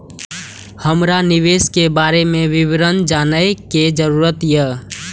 हमरा निवेश के बारे में विवरण जानय के जरुरत ये?